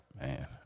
man